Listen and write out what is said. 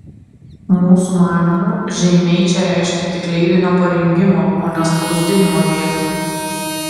mūsų manymu žeimiai čia reiškia tik leidinio parengimo o ne spausdinimo vietą